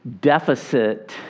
deficit